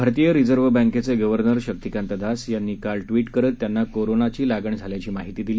भारतीय रिझर्व्ह बँकेचे RBI governor Shaktikanta Das यांनी काल ट्विट करत त्यांना कोरोना संसर्ग झाल्याची माहिती दिली